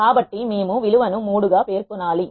కాబట్టి మేము విలువను 3 గా పేర్కొనాలి